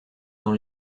dans